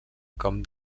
com